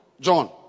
John